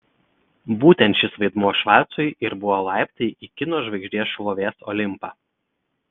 būtent šis vaidmuo švarcui ir buvo laiptai į kino žvaigždės šlovės olimpą